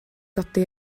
godi